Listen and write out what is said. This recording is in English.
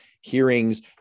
hearings